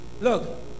Look